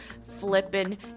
flippin